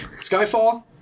Skyfall